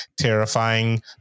terrifying